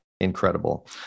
incredible